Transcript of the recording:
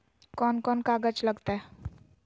कौन कौन कागज लग तय?